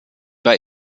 bei